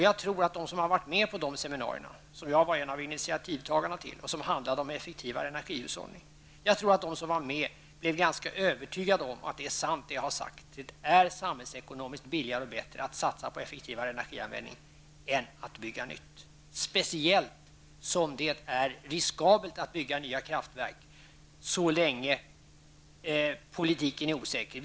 Jag tror att de som har varit med på dessa seminarier -- som jag var en av initiativtagarna till och som handlade om effektivare energihushållning -- blev ganska övertygade om att det är sant, som jag har sagt, att det är samhällsekonomiskt billigare och bättre att satsa på effektivare energianvändning än att bygga nytt, särskilt som det är riskabelt att bygga nya kraftverk så länge politiken är osäker.